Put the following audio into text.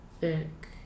thick